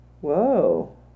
Whoa